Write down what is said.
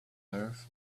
earth